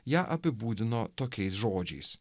ją apibūdino tokiais žodžiais